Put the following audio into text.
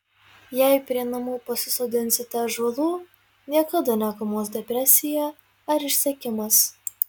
jei prie namų pasisodinsite ąžuolų niekada nekamuos depresija ar išsekimas